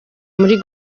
muri